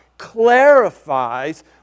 Clarifies